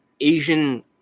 Asian